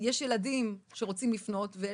יש ילדים שרוצים לפנות.